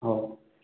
ꯑꯣ